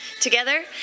together